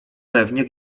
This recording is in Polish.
pewno